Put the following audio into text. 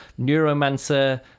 neuromancer